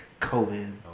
COVID